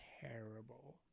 terrible